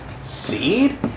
Seed